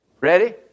Ready